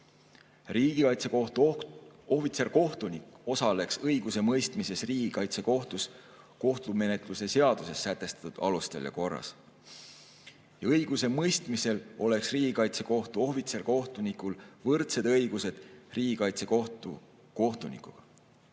Riigikaitsekohtu ohvitserkohtunik osaleks õigusemõistmises kohtumenetluse seaduses sätestatud alustel ja korras. Õigusemõistmisel oleks Riigikaitsekohtu ohvitserkohtunikul võrdsed õigused Riigikaitsekohtu kohtunikuga.